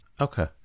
Okay